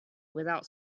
without